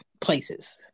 places